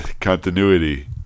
continuity